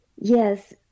Yes